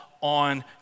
on